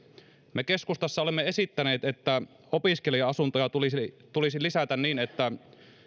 me keskustassa olemme esittäneet että opiskelija asuntoja tulisi tulisi lisätä niin että